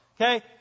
Okay